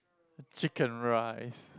chicken rice